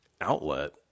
outlet